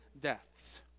deaths